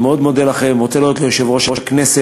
אני מאוד מודה לכם, ורוצה להודות ליושב-ראש הכנסת